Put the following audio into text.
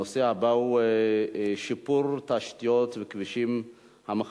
הנושא הבא הוא הצעה לסדר-היום מס' 7854 בנושא: שיפור תשתיות